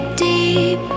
deep